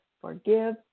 forgive